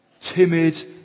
timid